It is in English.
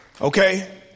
Okay